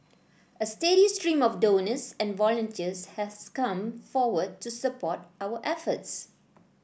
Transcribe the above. a steady stream of donors and volunteers has come forward to support our efforts